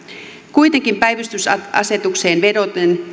kuitenkin päivystysasetukseen vedoten